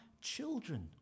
children